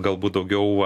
galbūt daugiau